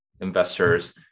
investors